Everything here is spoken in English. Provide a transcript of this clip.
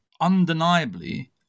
undeniably